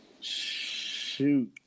Shoot